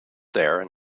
there